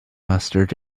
mustard